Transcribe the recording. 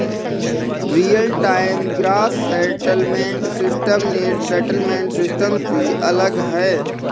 real time gross settlement system net settlement system से अलग है